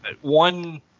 One